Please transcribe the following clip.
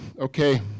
okay